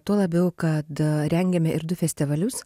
tuo labiau kad rengiame ir du festivalius